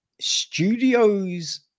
studios